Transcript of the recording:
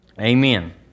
Amen